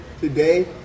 today